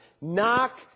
Knock